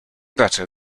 better